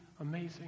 amazing